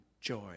joy